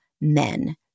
men